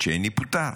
וצ'ייני פוטר,